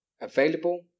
available